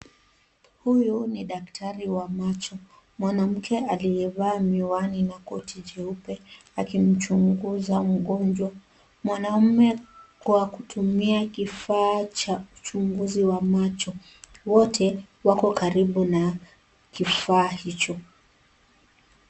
Huyu ni daktari wa macho ,mwanamke aliyevaa miwani na koti jeupe akimchunguza mgonjwa mwanamume kwa kutumia kifaa cha uchunguzi wa macho ,wote wako karibu na kifaa hicho .